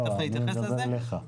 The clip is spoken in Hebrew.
שתכף אתייחס לזה,